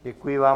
Děkuji vám.